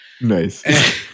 Nice